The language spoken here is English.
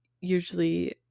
usually